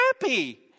happy